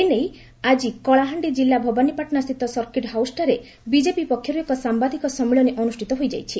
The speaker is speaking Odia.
ଏ ନେଇ ଆଜି କଳାହାଣ୍ଡି କିଲ୍ଲା ଭବାନୀପାଟଶା ସ୍ଥିତ ସର୍କିଟ୍ ହାଉସ୍ଠାରେ ବିଜେପି ପକ୍ଷରୁ ଏକ ସାମ୍ଘାଦିକ ସମ୍ମିଳନୀ ଅନୁଷିତ ହୋଇଯାଇଛି